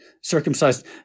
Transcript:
circumcised